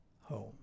home